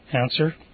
Answer